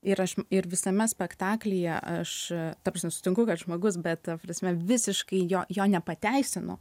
ir aš ir visame spektaklyje aš ta prasme sutinku kad žmogus bet ta prasme visiškai jo jo nepateisinu